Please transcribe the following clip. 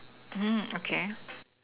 mm okay